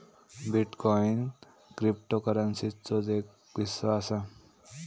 bitcoin क्रिप्टोकरंसीचोच एक हिस्सो असा